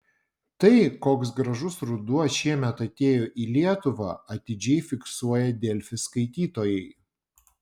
tai koks gražus ruduo šiemet atėjo į lietuvą atidžiai fiksuoja delfi skaitytojai